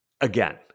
Again